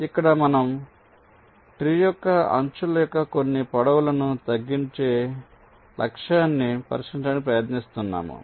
కాబట్టి ఇక్కడ మనం ట్రీ యొక్క అంచుల యొక్క కొన్ని పొడవులను తగ్గించే లక్ష్యాన్ని పరిష్కరించడానికి ప్రయత్నిస్తున్నాము